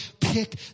pick